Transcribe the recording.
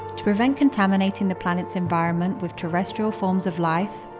to prevent contaminating the planet's environment with terrestrial forms of life,